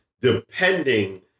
depending